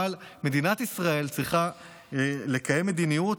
אבל מדינת ישראל צריכה לקיים מדיניות